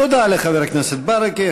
תודה לחבר הכנסת ברכה.